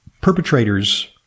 perpetrators